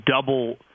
double